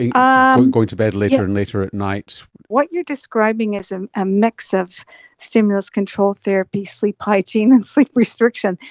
and um going to bed later and later at what you're describing is um a mix of stimulus control therapy, sleep hygiene and sleep restriction.